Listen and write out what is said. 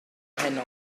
heno